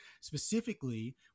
specifically